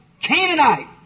Canaanite